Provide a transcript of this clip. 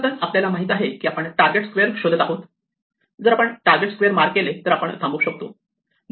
अर्थातच आपल्याला माहित आहे की आपण टारगेट स्क्वेअर शोधत आहोत जर आपण टारगेट स्क्वेअर मार्क केले तर आपण थांबू शकतो